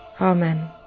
Amen